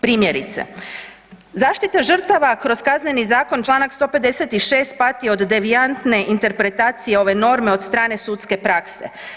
Primjerice zaštita žrtava kroz Kazneni zakon Članak 156. pati od devijantne interpretacije ove norme od strane sudske prakse.